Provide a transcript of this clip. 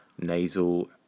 nasal